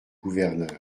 gouverneur